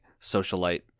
socialite